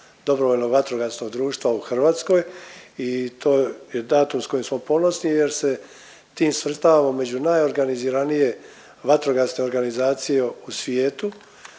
od osnivanja prvog DVD-a u Hrvatskoj i to je datum s kojim smo ponosni jer se tim svrstavamo među najorganiziranije vatrogasne organizacije u svijetu